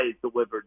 delivered